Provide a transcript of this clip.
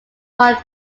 one